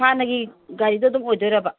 ꯍꯥꯟꯅꯒꯤ ꯒꯥꯔꯤꯗꯨ ꯑꯗꯨꯝ ꯑꯣꯏꯗꯣꯏꯔꯣꯕ